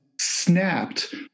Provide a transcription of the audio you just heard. snapped